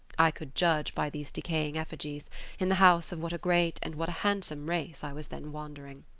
i could judge, by these decaying effigies, in the house of what a great and what a handsome race i was then wandering.